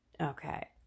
Okay